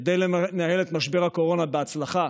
כדי לנהל את משבר הקורונה בהצלחה